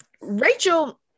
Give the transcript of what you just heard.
Rachel